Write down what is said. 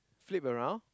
flip around